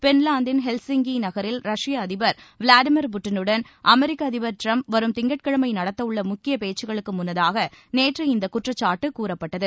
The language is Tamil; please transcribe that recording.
பின்லாந்தின் ஹெல்சிங்கி நகரில் ரஷ்ய அதிபர் விளாடிமிர் புட்டினுடன் அமெரிக்க அதிபர் டிரம்ப் வரும் திங்கட்கிழமை நடத்தவுள்ள முக்கிய பேச்சுக்களுக்கு முன்னதாக நேற்று இந்த குற்றச்சாட்டு கூறப்பட்டுள்ளது